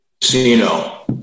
Casino